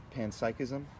panpsychism